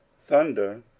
thunder